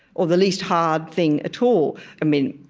or the least hard thing at all. i mean,